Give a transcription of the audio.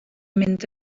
mynd